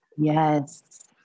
Yes